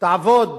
תעבוד